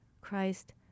Christ